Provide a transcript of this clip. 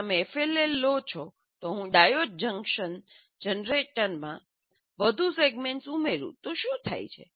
જો તમે એફએલએલ લો છો તો જો હું ડાયોડ ફંક્શન જનરેટરમાં વધુ સેગમેન્ટ્સ ઉમેરું તો શું થાય છે